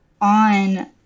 on